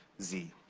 z.